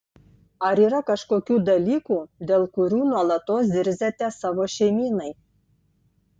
ar yra kažkokių dalykų dėl kurių nuolatos zirziate savo šeimynai